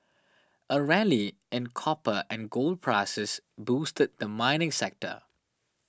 a rally in copper and gold prices boosted the mining sector